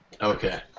Okay